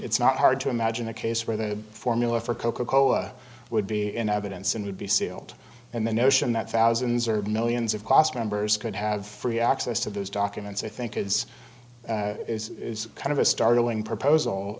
it's not hard to imagine a case where the formula for coca cola would be in evidence and would be sealed and the notion that thousands or millions of cost members could have free access to those documents i think it's kind of a startling proposal